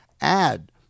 Add